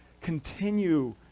continue